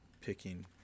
Picking